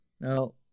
Now